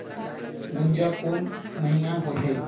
गुनजा कोन महीना होथे?